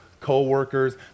co-workers